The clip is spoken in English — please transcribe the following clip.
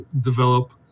develop